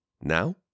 Now